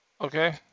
Okay